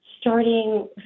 starting